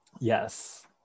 Yes